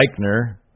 Eichner